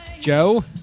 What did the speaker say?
Joe